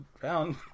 found